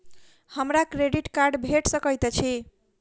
हमरा credit card भेट सकैत अछि?